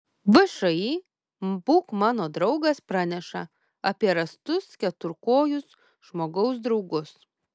všį būk mano draugas praneša apie rastus keturkojus žmogaus draugus